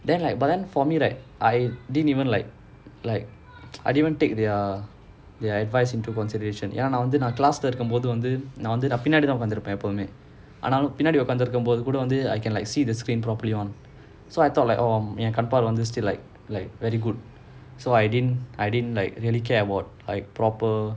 then like but then for me right I didn't even like like I didn't even take their their advice into consideration ஏன்னா நான் வந்து நான்:yaeannaa naan vanthu naan class lah இருக்கும் போது வந்து நான் வந்து பின்னாடி உக்காந்து இருப்பேன் எப்போதுமே பின்னாடி உக்காந்து இருக்கும் போது கூட:irukkum pothu vanthu naan vanthu pinaadi ukkaanthu iruppaen eppothumae pinaadi ukkaanthu irukkum pothu kuda I can like see the screen properly on so I thought like ஏன் கண் பார்வை வந்துடுச்சி:yaen kann parvai vanthuduchi like like very good so I didn't I didn't like really care like proper